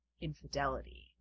infidelity